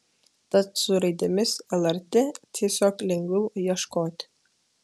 tad su raidėmis lrt tiesiog lengviau ieškoti